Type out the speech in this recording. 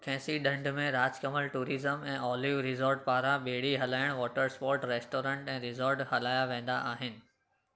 खेसी ढंढ में राजकमल टूरिज़्म ऐं ऑलिव रिसॉर्ट पारां ॿेड़ी हलाइणु वॉटरस्पोर्ट रेस्टोरेंट ऐं रिसॉर्ट हलाया वेंदा आहिनि